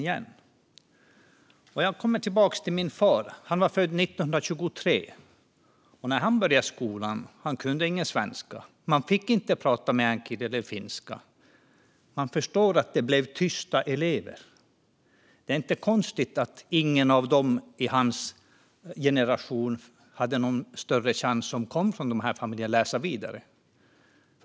Min far var född 1923, och när han började skolan i början av 1930-talet kunde han ingen svenska. Eleverna fick inte prata meänkieli eller finska, och det är lätt att förstå att de blev tysta. Det är inte konstigt att de som tillhörde hans generation och som kom från dessa familjer inte hade någon större chans att få läsa vidare.